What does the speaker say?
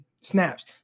snaps